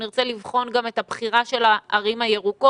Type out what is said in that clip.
נרצה לבחון גם את הבחירה של הערים הירוקות,